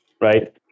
right